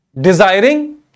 desiring